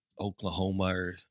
Oklahoma